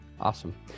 Awesome